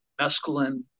mescaline